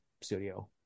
studio